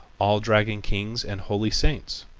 all dragon kings and holy saints.